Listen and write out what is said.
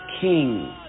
King